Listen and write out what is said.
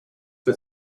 for